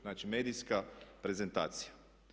Znači, medijska prezentacija.